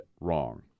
wrong